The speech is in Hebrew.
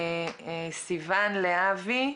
סיון להבי,